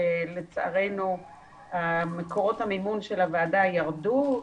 לצערנו, מקורות המימון של הוועדה ירדו.